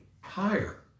higher